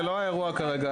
זה לא האירוע כרגע.